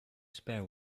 spare